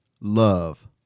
love